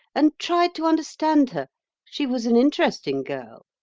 and tried to understand her she was an interesting girl.